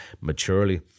maturely